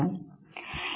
ശരി